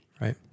Right